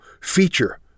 feature